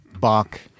Bach